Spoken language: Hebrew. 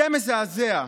זה מזעזע,